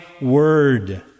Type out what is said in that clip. Word